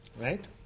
right